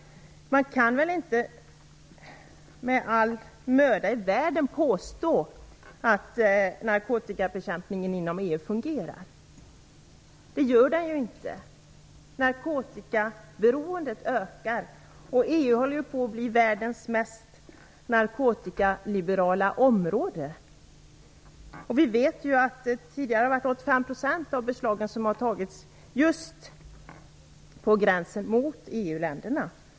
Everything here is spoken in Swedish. Man kan väl inte med all möda i världen påstå att narkotikabekämpningen i EU fungerar? Det gör den ju inte. Narkotikaberoendet ökar. EU håller ju på att bli världens mest narkotikaliberala område. Tidigare har ju 85 % av beslagen gjorts vid gränserna mot EU-länderna.